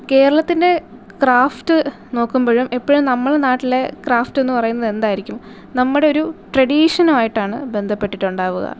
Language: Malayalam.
കേരളത്തിൻ്റെ ക്രാഫ്റ്റ് നോക്കുമ്പോഴും എപ്പോഴും നമ്മളെ നാട്ടിലെ ക്രാഫ്റ്റെന്ന് പറയുന്നത് എന്തായിരിക്കും നമ്മുടെ ഒരു ട്രഡീഷനു ആയിട്ടാണ് ബന്ധപ്പെട്ടിട്ടുണ്ടാവുക